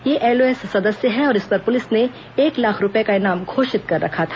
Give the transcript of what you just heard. यह एलओएस सदस्य है और इस पर पुलिस ने एक लाख रूपये का इनाम घोषित कर रखा था